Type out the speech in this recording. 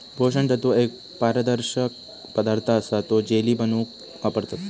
पोषण तत्व एक पारदर्शक पदार्थ असा तो जेली बनवूक वापरतत